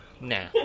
Nah